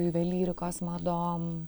juvelyrikos madom